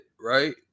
Right